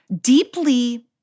deeply